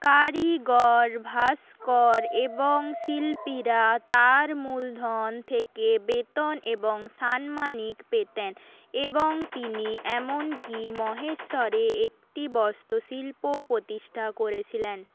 কারিগর ভাস্কর এবং শিল্পীরা তার মূলধন থেকে বেতন এবং সাম্মানিক পেতেন এবং তিনি এমনকি মহেশ্বরে একটি বস্ত্রশিল্পও প্রতিষ্ঠা করেছিলেন